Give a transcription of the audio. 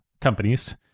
companies